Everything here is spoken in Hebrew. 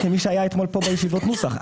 כמי שהיה פה אתמול בישיבות נוסח,